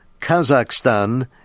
Kazakhstan